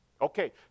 Okay